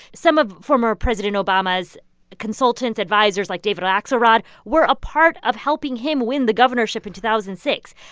some of former president obama's consultants, advisers, like david ah axelrod, were a part of helping him win the governorship in two thousand and six.